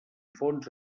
fons